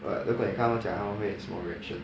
but 如果你跟他们讲他们会什么 reaction